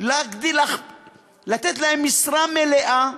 להגדיל ולתת להם משרה מלאה,